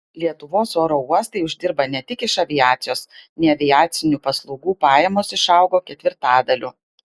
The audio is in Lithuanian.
lietuvos oro uostai uždirba ne tik iš aviacijos neaviacinių paslaugų pajamos išaugo ketvirtadaliu